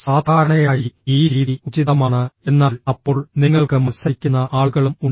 സാധാരണയായി ഈ രീതി ഉചിതമാണ് എന്നാൽ അപ്പോൾ നിങ്ങൾക്ക് മത്സരിക്കുന്ന ആളുകളും ഉണ്ട്